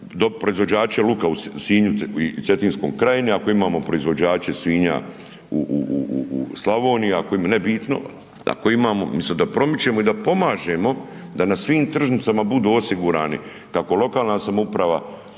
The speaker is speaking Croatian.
proizvođače luka u Sinju i Cetinskoj krajini, ako imamo proizvođače svinja u Slavoniji, ako, nebitno, ako imamo umisto da promičemo i da pomažemo da na svim tržnicama budu osigurani kako lokalna samouprava,